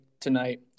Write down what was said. tonight